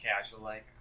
casual-like